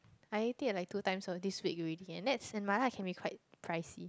I ate it like two times uh this week already and that's and mala can be quite pricey